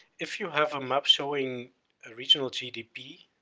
if you have a map showing original gdp,